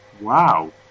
wow